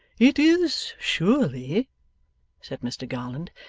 it is surely said mr garland,